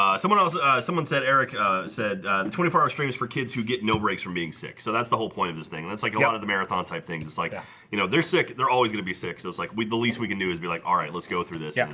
um someone else someone said eric said the twenty four hour stream is for kids who get no breaks from being sick so that's the whole point of this thing. that's like a lot of the marathon type things. it's like yeah you know they're sick they're always gonna be sick, so it's like we the least we can do is be like alright. let's go through this yeah